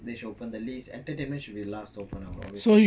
they should open the list entertainment should be last open obviously